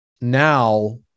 now